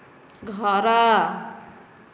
ଘର